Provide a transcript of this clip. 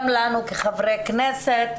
גם לנו כחברי כנסת,